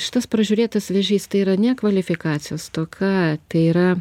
šitas pražiūrėtas vėžys tai yra ne kvalifikacijos stoka tai yra